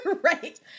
Right